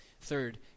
Third